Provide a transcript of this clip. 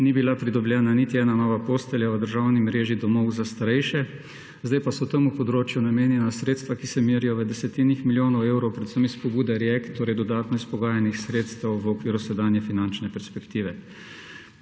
ni bila pridobljena niti ena nova postelja v državni mreži domov za starejše, zdaj pa so temu področju namenjena sredstva, ki se merijo v desetinah milijonov evrov, predvsem iz pobude REACT–EU, torej dodatno izpogajanih sredstev v okviru sedanje finančne perspektive.